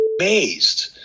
amazed